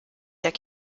der